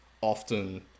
often